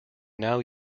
now